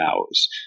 hours